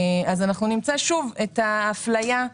אנחנו נמצא שוב את ההפליה,